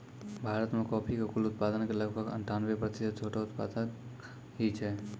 भारत मॅ कॉफी के कुल उत्पादन के लगभग अनठानबे प्रतिशत छोटो उत्पादक हीं छै